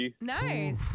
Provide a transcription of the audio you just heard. Nice